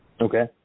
Okay